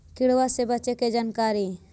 किड़बा से बचे के जानकारी?